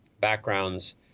backgrounds